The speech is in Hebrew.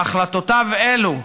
והחלטותיו אלה,